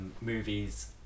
movies